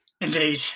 Indeed